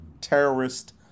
terrorist